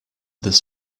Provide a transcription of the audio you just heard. this